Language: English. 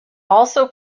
also